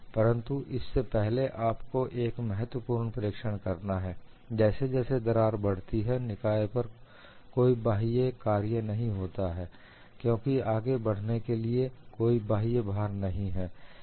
परंतु उससे पहले आपको एक महत्वपूर्ण प्रेक्षण करना है जैसे जैसे दरार बढ़ती है निकाय पर कोई बाह्य कार्य नहीं होता है क्योंकि आगे बढ़ने के लिए कोई बाह्य भार नहीं है